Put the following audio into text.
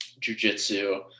jujitsu